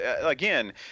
again